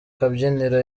kabyiniro